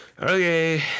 Okay